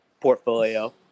portfolio